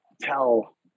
tell